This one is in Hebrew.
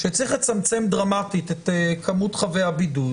שצריך לצמצם דרמטית את מספר חבי הבידוד,